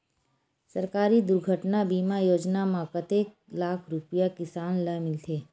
सहकारी दुर्घटना बीमा योजना म कतेक लाख रुपिया किसान ल मिलथे?